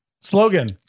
Slogan